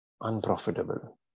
unprofitable